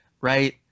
right